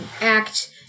act